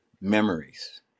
memories